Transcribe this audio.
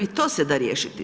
I to se da riješiti.